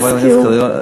חברת הכנסת קלדרון,